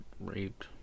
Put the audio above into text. Raped